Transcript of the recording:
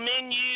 menu